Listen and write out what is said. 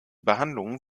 behandlung